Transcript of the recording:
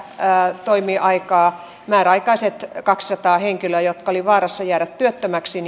lisätoimiaikaa määräaikaiset kaksisataa henkilöä jotka olivat vaarassa jäädä työttömäksi